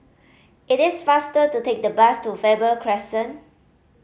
it is faster to take the bus to Faber Crescent